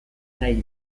nahi